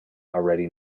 already